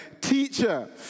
Teacher